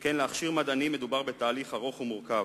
שכן להכשיר מדענים, מדובר בתהליך ארוך ומורכב,